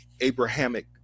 Abrahamic